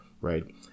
right